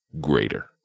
greater